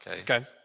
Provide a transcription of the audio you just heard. okay